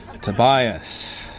Tobias